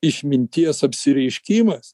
išminties apsireiškimas